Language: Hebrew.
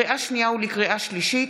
לקריאה שנייה ולקריאה שלישית: